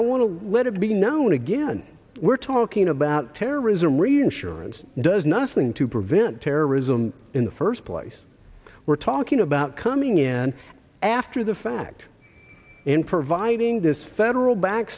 i want to let it be known again we're talking about terrorism reinsurance does nothing to prevent terrorism in the first place we're talking about coming in after the fact and providing this federal